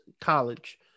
college